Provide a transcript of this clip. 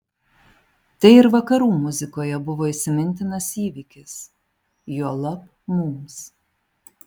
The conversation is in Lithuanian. tai ir vakarų muzikoje buvo įsimintinas įvykis juolab mums